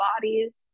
bodies